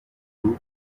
doo